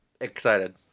excited